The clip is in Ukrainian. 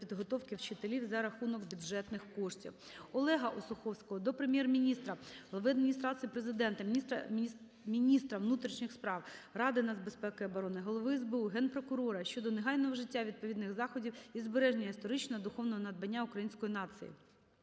перепідготовки вчителів за рахунок бюджетних коштів. Олега Осуховського до Прем'єр-міністра, Глави Адміністрації Президента, міністра внутрішніх справ, Ради нацбезпеки і оборони, Голови СБУ, Генпрокурора щодо негайного вжиття відповідних заходів зі збереження історичного духовного надбання української нації.